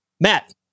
matt